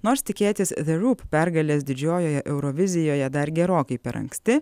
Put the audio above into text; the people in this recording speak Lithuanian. nors tikėtis the roop pergalės didžiojoje eurovizijoje dar gerokai per anksti